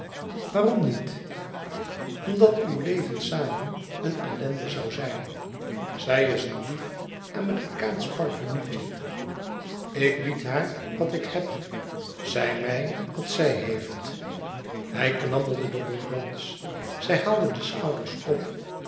waarom niet omdat uw leven samen een ellende zoû zijn zij is een lief amerikaansch parvenue tje ik bied haar wat ik heb zij mij wat zij heeft hij knabbelde de bonbons zij haalde de schouders op